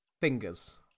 fingers